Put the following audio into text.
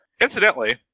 Incidentally